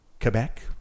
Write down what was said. Quebec